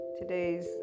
today's